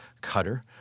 cutter